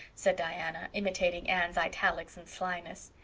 said diana, imitating anne's italics and slyness.